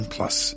Plus